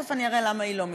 תכף אראה למה היא לא מיותרת.